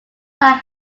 are